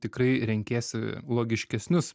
tikrai renkiesi logiškesnius